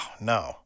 no